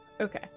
Okay